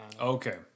okay